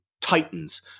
titans